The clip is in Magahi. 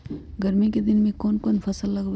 गर्मी के दिन में कौन कौन फसल लगबई?